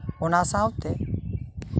ᱚᱱᱟ ᱥᱟᱶᱛᱮ